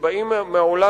שבאים מהעולם